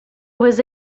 was